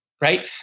Right